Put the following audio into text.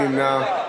מי נמנע?